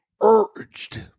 urged